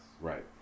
Right